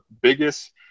biggest